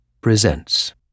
presents